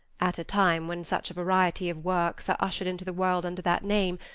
at a time when such a variety of works are ushered into the world under that name,